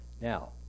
Now